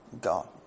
God